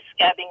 scabbing